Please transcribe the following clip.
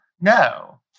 No